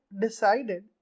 decided